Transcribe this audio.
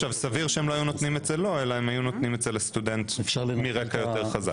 סביר שהם לא היו נותנים את זה לא אלא היו נותנים לסטודנט מרקע יותר חזק.